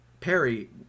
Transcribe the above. Perry